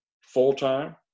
full-time